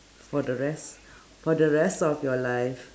for the rest for the rest your life